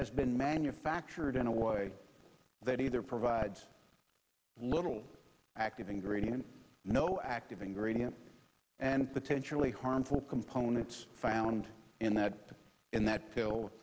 has been manufactured in a way that either provides a little active ingredient no active ingredient and potentially harmful components found in that in that